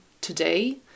today